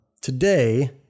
today